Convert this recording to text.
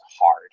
hard